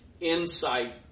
insight